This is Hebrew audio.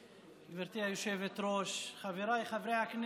גברתי היושבת-ראש, חבריי חברי הכנסת,